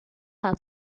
have